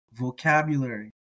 vocabulary